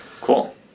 Cool